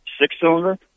six-cylinder